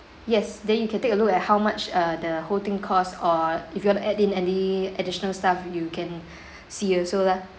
yes then you can take a look at how much uh the whole thing cost or if you want to add in any additional stuff you can see also lah